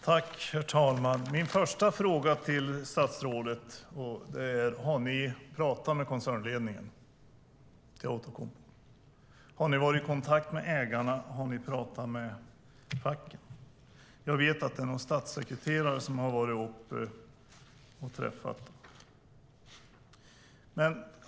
Herr talman! Min första fråga till statsrådet är: Har ni talat med koncernledningen i Outokumpu? Har vi varit i kontakt med ägarna? Har ni talat med facken? Jag vet att någon statssekreterare har varit där uppe och lyssnat.